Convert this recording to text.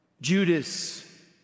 judas